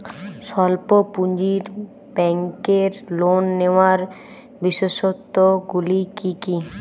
স্বল্প পুঁজির ব্যাংকের লোন নেওয়ার বিশেষত্বগুলি কী কী?